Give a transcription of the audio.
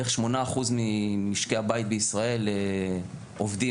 בערך 8% ממשקי הבית בישראל עובדים.